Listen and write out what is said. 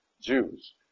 Jews